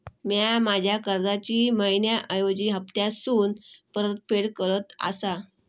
म्या माझ्या कर्जाची मैहिना ऐवजी हप्तासून परतफेड करत आसा